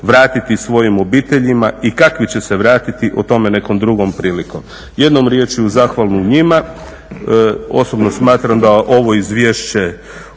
vratiti svojim obiteljima i kakvi će se vratiti, o tome nekom drugom prilikom. Jednom riječju, zahvalu njima. Osobno smatram da ovo Izvješće